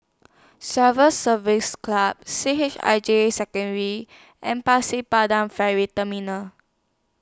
Civil Service Club C H I J Secondary and Pasir Ferry Terminal